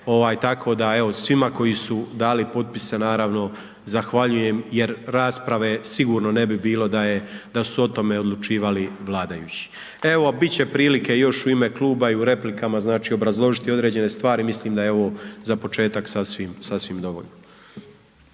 tako da evo, svima koji su dali potpise naravno, zahvaljujem jer rasprave sigurno ne bi bilo da su o tome odlučivali vladajući. Evo, bit će prilike još u ime kluba i u replikama znači obrazložiti određene stvari, mislim da je ovo za početak, sasvim, sasvim dovoljno.